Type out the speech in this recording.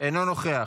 אינו נוכח,